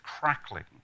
crackling